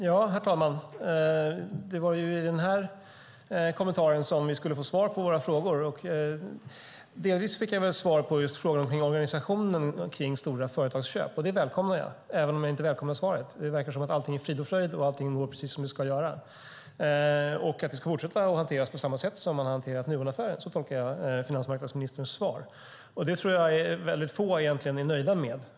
Herr talman! Det var i denna kommentar som vi skulle få svar på våra frågor. Delvis fick jag svar på frågan om organisationen kring stora företagsköp, och det välkomnar jag, även om jag inte välkomnar svaret. Det verkar som om allting är frid och fröjd, att allting går precis som det ska göra och att det ska fortsätta att hanteras på samma sätt som man har hanterat Nuonaffären. Så tolkar jag finansmarknadsministerns svar. Det tror jag få egentligen är nöjda med.